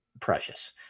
precious